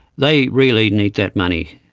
they really need that money.